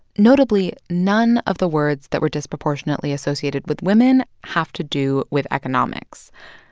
notably, none of the words that were disproportionately associated with women have to do with economics,